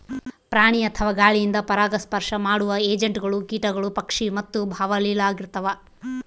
ಪ್ರಾಣಿ ಅಥವಾ ಗಾಳಿಯಿಂದ ಪರಾಗಸ್ಪರ್ಶ ಮಾಡುವ ಏಜೆಂಟ್ಗಳು ಕೀಟಗಳು ಪಕ್ಷಿ ಮತ್ತು ಬಾವಲಿಳಾಗಿರ್ತವ